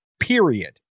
period